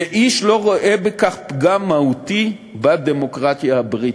ואיש לא רואה בכך פגם מהותי בדמוקרטיה הבריטית.